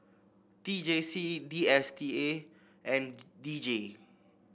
T J C D S T A and D J